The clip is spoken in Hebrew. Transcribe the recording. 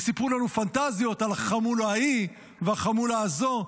וסיפרו לנו פנטזיות על החמולה ההיא והחמולה הזו.